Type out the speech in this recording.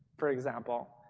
for example,